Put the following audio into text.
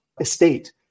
estate